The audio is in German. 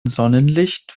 sonnenlicht